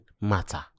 matter